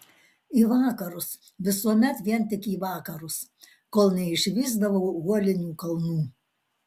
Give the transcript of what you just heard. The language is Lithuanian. į vakarus visuomet vien tik į vakarus kol neišvysdavau uolinių kalnų